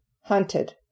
hunted